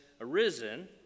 arisen